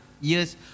years